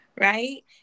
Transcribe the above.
right